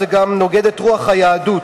זה גם נוגד את רוח היהדות,